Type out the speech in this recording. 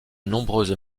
nombreuses